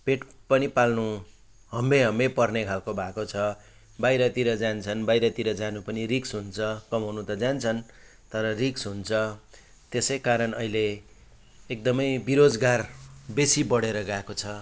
पेट पनि पाल्नु हम्मेहम्मे पर्ने खालको भएको छ बाहिरतिर जान्छन् बाहिरतिर जानु पनि रिस्क हुन्छ कमाउनु त जान्छन् तर रिस्क हुन्छ त्यसै कारण अहिले एकदमै बेरोजगार बेसी बढेर गएको छ